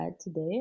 today